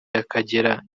y’akagera